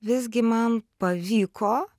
visgi man pavyko